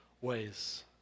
ways